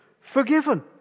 forgiven